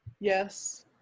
Yes